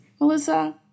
Melissa